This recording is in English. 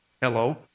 Hello